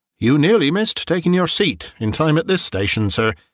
you nearly missed taking your seat in time at this station, sir,